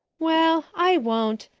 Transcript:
well, i won't.